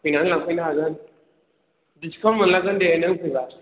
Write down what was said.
फैनानै लांफैनो हागोन दिसकाउन्ट मोनलांगोन दे नों फैबा